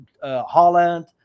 Holland